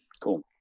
Cool